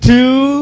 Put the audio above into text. Two